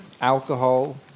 alcohol